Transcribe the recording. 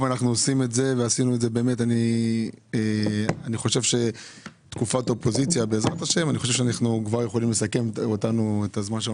בעזרת השם אני חושב שאנחנו יכולים לסכם את זמן שלנו